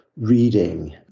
reading